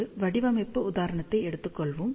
ஒரு வடிவமைப்பு உதாரணத்தை எடுத்துக் கொள்வோம்